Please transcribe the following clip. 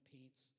paints